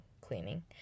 cleaning